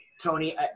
Tony